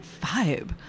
vibe